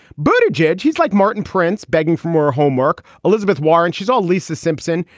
but jej. he's like martin prince begging for more homework. elizabeth warren, she's all lisa simpson,